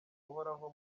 uhoraho